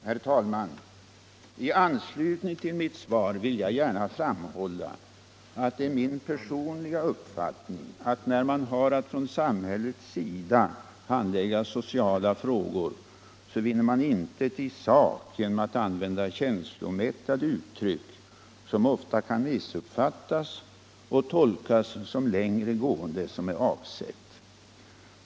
Herr talman! I anslutning till mitt svar vill jag gärna framhålla att det är min personliga uppfattning att man, när man har att för samhällets räkning handlägga sociala frågor, inte vinner någonting i sak genom att använda känslomättade uttryck, som ofta kan missuppfattas och tolkas som längre gående än avsett.